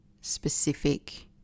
specific